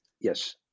Yes